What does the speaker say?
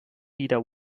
ida